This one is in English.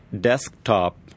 desktop